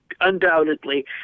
Undoubtedly